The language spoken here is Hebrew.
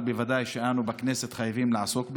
אבל בוודאי שאנו בכנסת חייבים לעסוק בזה.